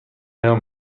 پیام